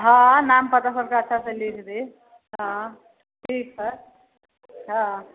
हँ नाम पता सबके अच्छा से लिख दी हँ ठीक है हँ